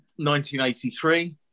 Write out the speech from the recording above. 1983